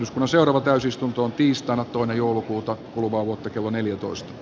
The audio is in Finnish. ismo seuraava täysistuntoon tiistaina toinen joulukuuta kuluvaa vuotta kello neljätoista